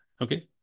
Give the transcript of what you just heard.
Okay